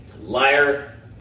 liar